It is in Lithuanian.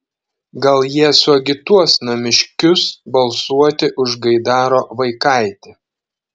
gal jie suagituos namiškius balsuoti už gaidaro vaikaitį